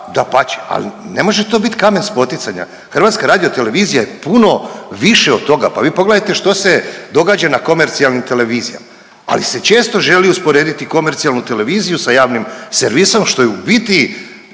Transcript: dapače, ali ne može to bit kamen spoticanja, HRT je puno više od toga, pa vi pogledajte što se događa na komercijalnim televizijama, ali se često želi usporediti komercijalnu televiziju sa javnim servisom, što je u biti,